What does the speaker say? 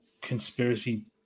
conspiracy